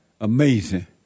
Amazing